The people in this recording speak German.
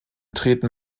treten